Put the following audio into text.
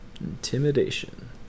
Intimidation